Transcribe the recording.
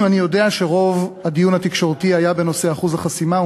אני יודע שרוב הדיון התקשורתי היה בנושא אחוז החסימה,